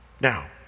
Now